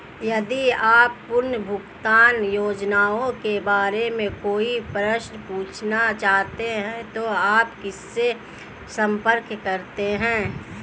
यदि आप पुनर्भुगतान योजनाओं के बारे में कोई प्रश्न पूछना चाहते हैं तो आप किससे संपर्क करते हैं?